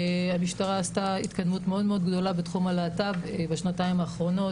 המשטרה עשתה התקדמות מאוד גדולה בתחום הלהט"ב בשנתיים האחרונות.